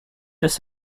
this